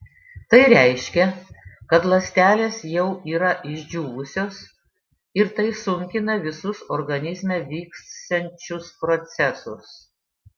tai reiškia kad ląstelės jau yra išdžiūvusios ir tai sunkina visus organizme vyksiančius procesus